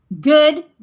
good